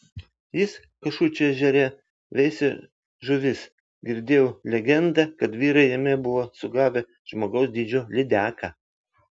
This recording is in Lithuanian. jis kašučių ežere veisė žuvis girdėjau legendą kad vyrai jame buvo sugavę žmogaus dydžio lydeką